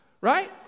Right